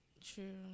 True